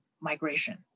migration